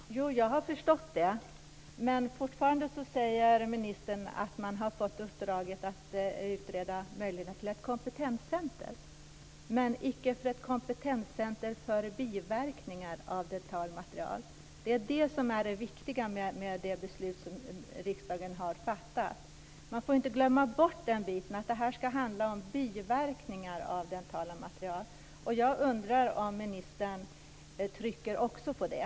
Fru talman! Jag har förstått det. Men fortfarande säger ministern att man fått uppdraget att utreda möjligheterna till ett kompetenscenter, icke ett kompetenscenter för biverkningar av dentala material. Det är ju det som är det viktiga med det beslut som riksdagen har fattat. Man får inte glömma bort att det här skall handla om biverkningar av dentala material. Jag undrar om ministern trycker också på det.